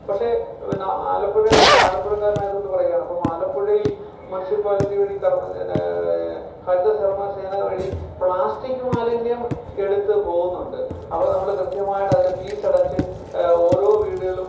പക്ഷെ പിന്നെ ആലപ്പുഴ ഞാൻ ആലപ്പുഴക്കാരനായത് കൊണ്ട് പറയുകയാണ് ഇപ്പം ആലപ്പുഴയിൽ മുനിസിപ്പാലിറ്റി വഴി കർമ തെന്നേ ഹരിതസർമ സേന വഴി പ്ലാസ്റ്റിക് മാലിന്യം എടുത്ത് പോവുന്നുണ്ട് അപ്പം നമ്മള് കൃത്യമായിട്ടതിൻ്റെ ഫീസടച്ച് ഓരോ വീട്കളും